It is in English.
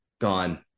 Gone